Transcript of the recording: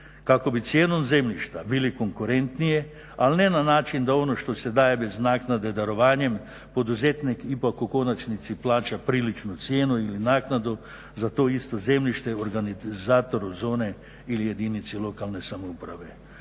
kako bi cijenom zemljišta bili konkurentniji ali ne na način da ono što se daje bez naknade darovanjem poduzetnik ipak u konačnici plaća priličnu cijenu ili naknadu za to isto zemljište organizatoru zone ili jedinici lokalne samouprave.